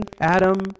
Adam